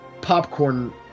popcorn